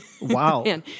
Wow